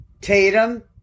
Tatum